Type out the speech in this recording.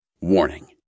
Warning